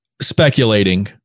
speculating